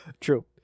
True